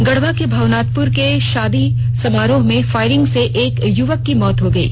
गढ़वा के भवनाथपुर के शादी समारोह में फायरिंग से एक युवक की मौत हो गयी